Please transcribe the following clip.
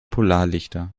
polarlichter